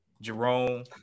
Jerome